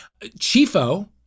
Chifo